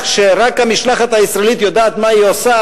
שרק המשלחת הישראלית יודעת מה היא עושה,